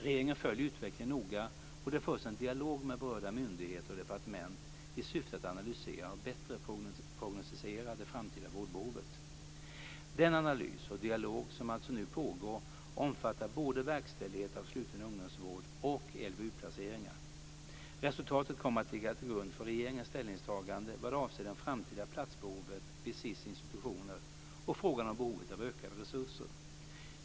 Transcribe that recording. Regeringen följer utvecklingen noga, och det förs en dialog med berörda myndigheter och departement i syfte att analysera och bättre prognostisera det framtida vårdbehovet. Den analys och dialog som alltså nu pågår omfattar både verkställighet av sluten ungdomsvård och LVU-placeringar. Resultatet kommer att ligga till grund för regeringens ställningstagande vad avser det framtida platsbehovet vid SiS institutioner och frågan om behovet av ökade resurser.